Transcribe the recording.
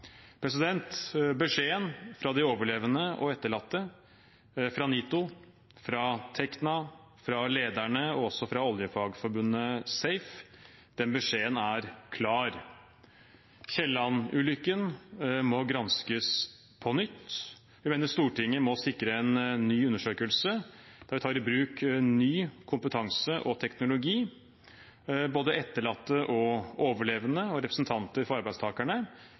Beskjeden fra de overlevende og etterlatte, fra NITO, fra Tekna, fra Lederne og også fra oljefagforbundet SAFE er klar: Kielland-ulykken må granskes på nytt. Vi mener Stortinget må sikre en ny undersøkelse der vi tar i bruk ny kompetanse og teknologi, både etterlatte, overlevende og representanter for arbeidstakerne